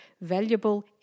valuable